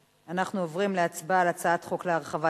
אנחנו עוברים להצבעה בקריאה ראשונה על הצעת חוק להרחבת